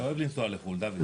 אתה אוהב לנסוע לחו"ל, דוד.